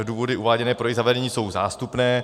Důvody uváděné pro jejich zavedení jsou zástupné.